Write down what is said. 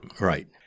Right